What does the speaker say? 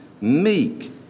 meek